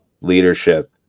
leadership